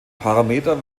parameter